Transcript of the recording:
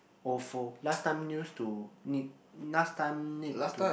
Ofo last time used to need last time need to